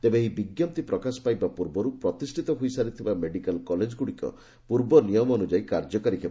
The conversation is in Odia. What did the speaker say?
ତେବେ ଏହି ବିଜ୍ଞପ୍ତି ପ୍ରକାଶ ପାଇବା ପୂର୍ବରୁ ପ୍ରତିଷ୍ଠିତ ହୋଇସାରିଥିବା ମେଡିକାଲ୍ କଲେଜଗୁଡ଼ିକ ପୂର୍ବ ନିୟମ ଅନୁଯାୟୀ କାର୍ଯ୍ୟକାରୀ ହେବ